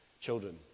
children